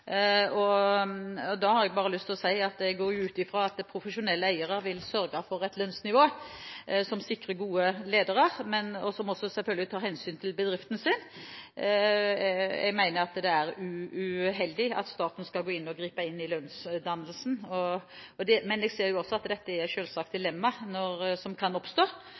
høye lønninger. Da har jeg bare lyst til å si at jeg går ut fra at det er profesjonelle eiere, som vil sørge for et lønnsnivå som sikrer gode ledere, men som også selvfølgelig tar hensyn til bedriften sin. Jeg mener det er uheldig at staten skal gripe inn i lønnsdannelsen. Men jeg ser også at dette selvsagt er et dilemma som kan oppstå